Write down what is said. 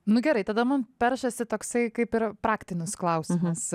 nu gerai tada man peršasi toksai kaip ir praktinis klausimas